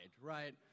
right